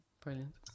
Brilliant